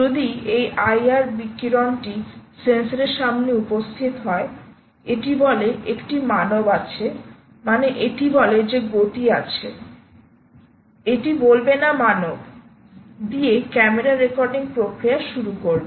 যদি এই IR বিকিরণটি সেন্সরের সামনে উপস্থিত হয় এটি বলে একটি মানব আছে মানে এটি বলে যে গতি আছে এটি বলবে নামানব দিয়ে ক্যামেরা রেকর্ডিং প্রক্রিয়া শুরু করবে